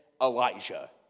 Elijah